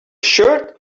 shirt